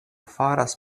faras